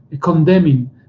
condemning